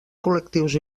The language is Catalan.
col·lectius